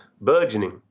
burgeoning